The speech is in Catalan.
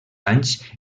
anys